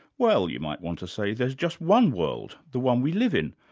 well, you might want to say, there's just one world, the one we live in.